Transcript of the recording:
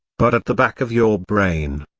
but at the back of your brain.